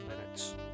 minutes